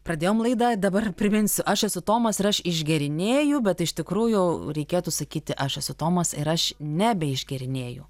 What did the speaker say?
pradėjom laidą dabar priminsiu aš esu tomas ir aš išgėrinėju bet iš tikrųjų reikėtų sakyti aš esu tomas ir aš nebeišgėrinėju